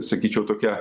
sakyčiau tokia